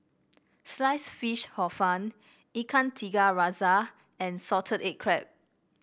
slice fish Hor Fun Ikan Tiga Rasa and Salted Egg Crab